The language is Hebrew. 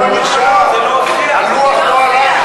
הלוח לא עלה בכלל,